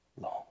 long